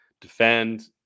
defend